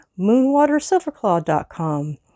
moonwatersilverclaw.com